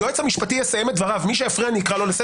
היועץ המשפטי יסיים את דבריו.